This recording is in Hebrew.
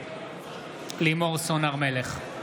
נגד לימור סון הר מלך,